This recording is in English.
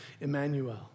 Emmanuel